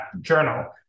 journal